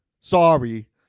Sorry